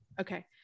Okay